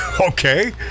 okay